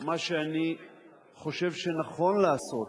מה שאני חושב שנכון לעשות,